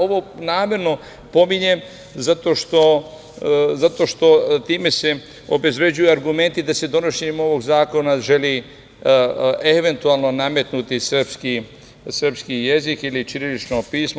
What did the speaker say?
Ovo namerno pominjem zato što time se obezbeđuju argumenti da se donošenjem ovog zakona želi eventualno nametnuti srpski jezik ili ćirilično pismo.